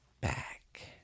back